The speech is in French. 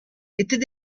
était